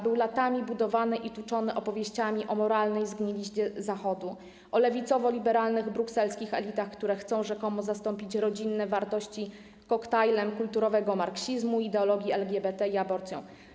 Był latami budowany i tuczony opowieściami o moralnej zgniliźnie Zachodu, o lewicowo-liberalnych brukselskich elitach, które chcą rzekomo zastąpić rodzinne wartości koktajlem kulturowego marksizmu, ideologii LGBT i aborcją.